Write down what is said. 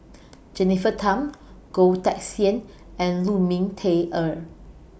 Jennifer Tham Goh Teck Sian and Lu Ming Teh Earl